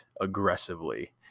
aggressively